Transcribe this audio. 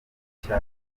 nshya